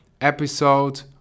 episode